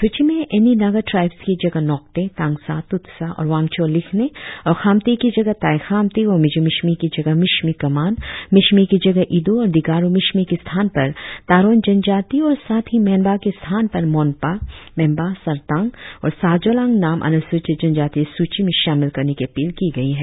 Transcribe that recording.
सूची में any Naga tribes की जगह नोकते तांगसा तूतसा और वांगचो लिखने और खामती की जगह ताई खामती व मिजू मिशमी की जगह मिशमि कमान मिशमि की जगह ईद्र और दिगारु मिशमि की स्थान पर तारोन जनजाती और साथ ही मेनबा के स्थान पर मोनपा मेमबा सरतांग और साजोलांग नाम अनुसूचित जनजाती सूची में शामिल करने की अपील की गई है